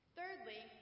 Thirdly